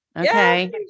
Okay